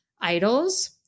Idols